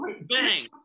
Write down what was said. bang